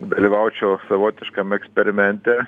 dalyvaučiau savotiškam eksperimente